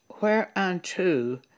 Whereunto